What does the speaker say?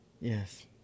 Yes